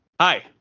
Hi